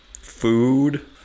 food